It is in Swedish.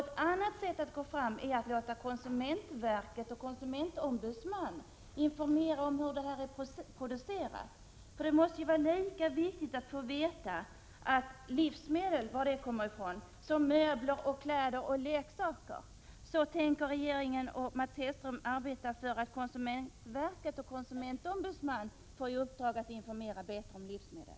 Ett annat sätt att gå vidare i denna fråga är att låta konsumentverket och konsumentombudsmannen informera om hur livsmedlen är producerade. Det måste ju vara lika viktigt att få reda på var livsmedlen kommer ifrån som var möbler, kläder och leksaker kommer ifrån. Tänker regeringen och Mats Hellström arbeta för att konsumentverket och konsumentombudsmannen får i uppdrag att informera bättre om livsmedel?